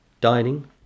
dining